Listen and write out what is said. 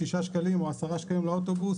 שישה שקלים או עשרה שקלים לאוטובוס,